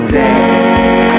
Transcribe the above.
day